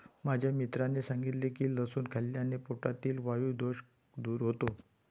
माझ्या मित्राने सांगितले की लसूण खाल्ल्याने पोटातील वायु दोष दूर होतो